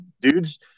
dudes